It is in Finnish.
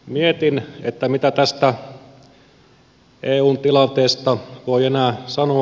mietin mitä tästä eun tilanteesta voi enää sanoa